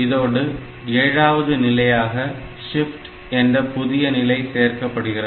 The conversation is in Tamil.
இதோடு ஏழாவது நிலையாக ஷிப்ட் என்ற புதிய நிலை சேர்க்கப்படுகிறது